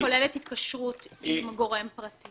האם היא כוללת התקשרות עם גורם פרטי?